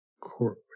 Court